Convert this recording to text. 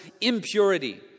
impurity